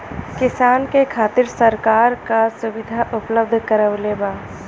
किसान के खातिर सरकार का सुविधा उपलब्ध करवले बा?